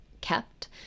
kept